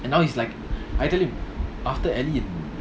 and now he's like I tell him after